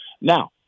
Now